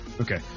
Okay